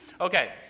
Okay